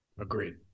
Agreed